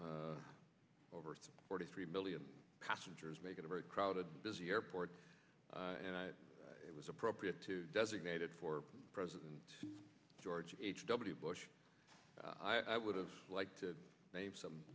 t over forty three million passengers make it a very crowded busy airport and it was appropriate to designated for president george h w bush i would have liked to have some